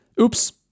Oops